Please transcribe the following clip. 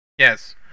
Yes